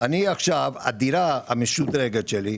עכשיו, הדירה המשודרגת שלי,